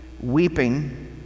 weeping